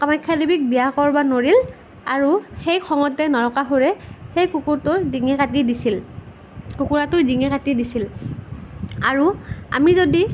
কামাখ্যা দেৱীক বিয়া কৰবা নোৱাৰিল আৰু সেই খঙতে নৰকাসুৰে সেই কুকুৰটোৰ ডিঙি কাটি দিছিল কুকুৰাটোৰ ডিঙি কাটি দিছিল আৰু আমি যদি